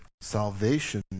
Salvation